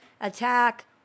attack